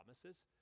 promises